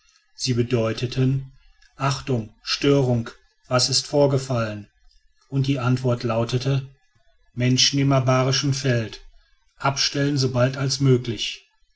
sie bedeuten achtung störung was ist vorgefallen und die antwort lautete menschen im abarischen feld abstellen sobald als möglich